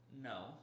No